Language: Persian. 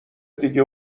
دیگه